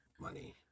money